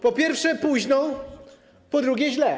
Po pierwsze, późno, po drugie, źle.